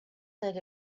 that